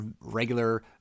regular